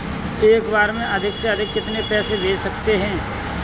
एक बार में अधिक से अधिक कितने पैसे भेज सकते हैं?